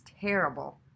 terrible